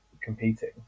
competing